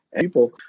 people